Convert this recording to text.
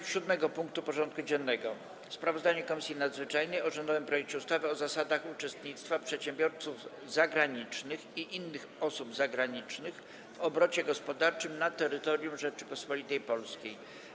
Powracamy do rozpatrzenia punktu 7. porządku dziennego: Sprawozdanie Komisji Nadzwyczajnej o rządowym projekcie ustawy o zasadach uczestnictwa przedsiębiorców zagranicznych i innych osób zagranicznych w obrocie gospodarczym na terytorium Rzeczypospolitej Polskiej.